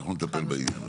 אנחנו נטפל בעניין הזה.